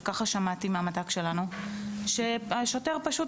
וכך שמעתי מהמת"ק שלנו שהשוטר פשוט